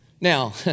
Now